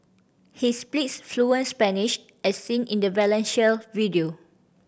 he speaks fluent Spanish as seen in a Valencia video